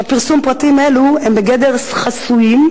פרטים אלו הם בגדר חסויים,